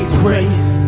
grace